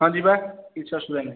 ହଁ ଯିବା କିଛି ଅସୁବିଧା ନାହିଁ